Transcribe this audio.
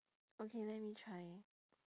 okay let me try